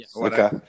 Okay